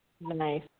Nice